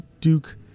Duke